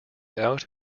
out